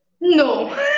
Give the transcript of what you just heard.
No